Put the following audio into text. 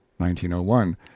1901